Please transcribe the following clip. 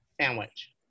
sandwich